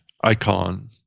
icon